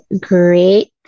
great